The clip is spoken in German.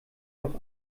doch